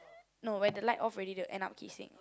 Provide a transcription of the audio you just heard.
no when the light off already then they will end up kissing